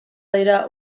dira